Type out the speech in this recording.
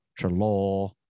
Trelaw